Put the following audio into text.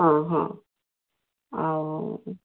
ହଁ ହଁ ଆଉ